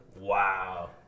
Wow